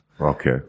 Okay